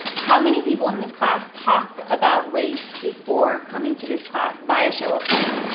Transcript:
how many people in this class talked about race before coming to this class? by a show of hands.